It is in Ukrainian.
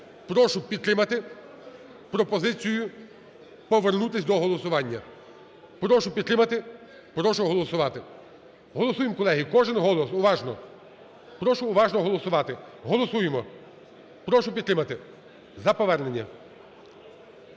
Прошу підтримати пропозицію повернутись до голосування. Прошу підтримати, прошу голосувати. Голосуємо, колеги. Кожен голос, уважно… Прошу уважно голосувати. Голосуємо. Прошу підтримати за повернення.